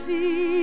See